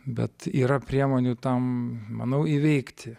bet yra priemonių tam manau įveikti